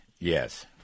Yes